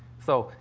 so,